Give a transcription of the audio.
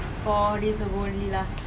for this role only lah